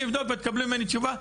אני אבדוק ואת תקבלי ממני תשובה.